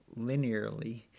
linearly